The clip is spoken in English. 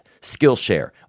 Skillshare